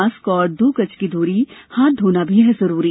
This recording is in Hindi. मास्क और दो गज की दूरी हाथ धोना भी है जरूरी